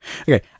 okay